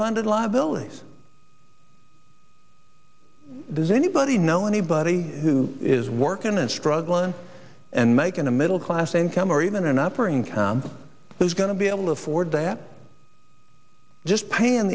unfunded liabilities does anybody know anybody who is working and struggling and making a middle class income or even an upper income who's going to be able to afford that just paying